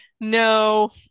no